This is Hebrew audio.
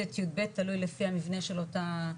ט - יב תלוי לפי המבנה של אותה,